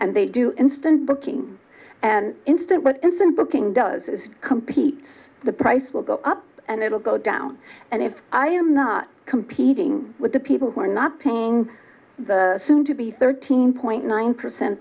and they do instant booking and instant instant booking does is complete the price will go up and it will go down and if i am not competing with the people who are not paying the soon to be thirteen point nine percent